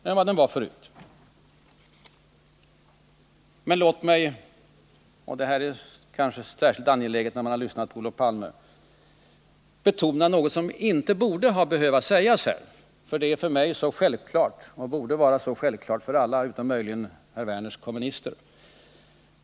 Låt mig emellertid — och detta är kanske särskilt angeläget när man lyssnat till Olof Palme — betona något som inte borde behöva gas, för det är för mig så självklart och borde vara så självklart för alla utom möjligen Lars Werners kommunister.